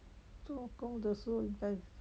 做工的时候应该